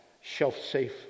shelf-safe